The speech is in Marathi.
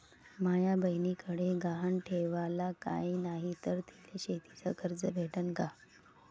माया बयनीकडे गहान ठेवाला काय नाही तर तिले शेतीच कर्ज भेटन का?